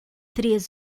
três